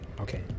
Okay